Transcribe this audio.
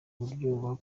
buryo